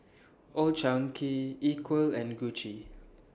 Old Chang Kee Equal and Gucci